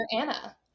Anna